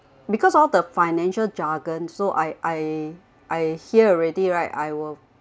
because all the financial jargon so I I I hear already right I will